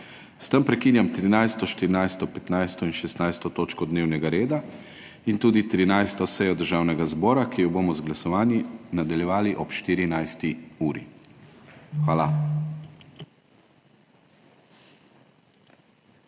S tem prekinjam 13., 14., 15. in 16. točko dnevnega reda in tudi 13. sejo Državnega zbora, ki jo bomo z glasovanji nadaljevali ob 14. uri. Hvala.